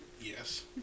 Yes